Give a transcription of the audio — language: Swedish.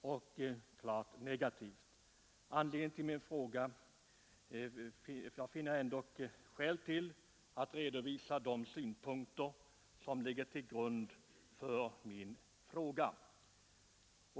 och klart negativt. Jag finner emellertid ändock skäl till att redovisa de synpunkter som ligger till grund för min fråga.